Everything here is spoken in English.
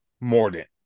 Mordant